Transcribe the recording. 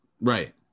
Right